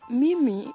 mimi